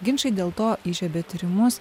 ginčai dėl to įžiebė tyrimus